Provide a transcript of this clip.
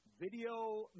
video